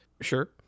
Sure